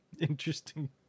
interesting